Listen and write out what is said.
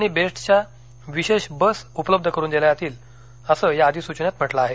आणि बेस्टच्या विशेष बस उपलब्ध करून दिल्या जातील असं या अधिसूचनेत म्हटलं आहे